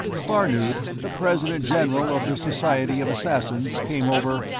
klarnood, the president-general of the society of assassins, came over,